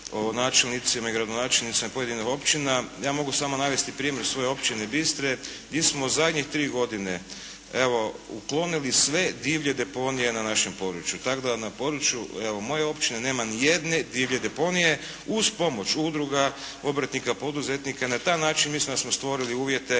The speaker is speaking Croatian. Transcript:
načelnicima i gradonačelnicima pojedinih općina. Ja mogu samo navesti primjer svoje općine Bistre. Mi smo zadnjih tri godine uklonili sve divlje deponije na našem području, tako da na području evo moje općine nema niti jedne divlje deponije uz pomoć udruga, obrtnika, poduzetnika. Na taj način mislim da smo stvorili uvjete